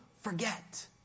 forget